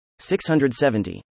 670